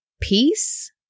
peace